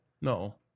No